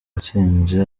yatsinze